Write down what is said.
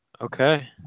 Okay